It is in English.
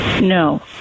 No